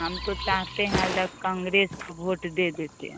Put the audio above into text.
हम तो चाहते हैं उधर कांग्रेस को वोट दे देते हैं